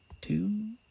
two